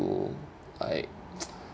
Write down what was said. to like